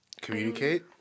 Communicate